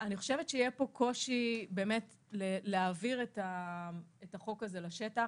אני חושבת שיהיה פה קושי להעביר את החוק הזה לשטח.